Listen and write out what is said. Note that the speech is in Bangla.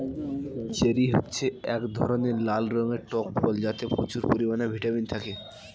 চেরি হচ্ছে এক ধরনের লাল রঙের টক ফল যাতে প্রচুর পরিমাণে ভিটামিন থাকে